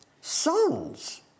sons